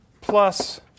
plus